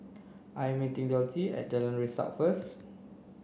I'm meeting Dulcie at Jalan Resak first